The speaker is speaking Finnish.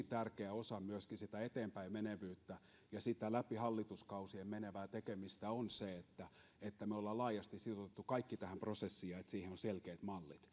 tärkeä osa myöskin sitä eteenpäinmenevyyttä ja sitä läpi hallituskausien menevää tekemistä on se että että me olemme laajasti sitouttaneet kaikki tähän prosessiin ja että siihen on selkeät mallit